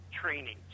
training